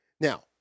Now